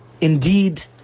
indeed